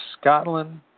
Scotland